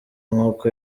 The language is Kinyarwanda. nkuko